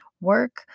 work